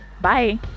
Bye